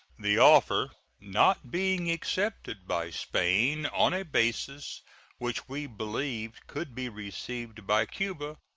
the offer, not being accepted by spain on a basis which we believed could be received by cuba,